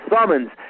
summons